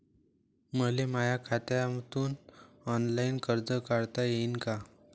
मले माया खात्यातून ऑनलाईन कर्ज काढता येईन का?